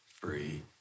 free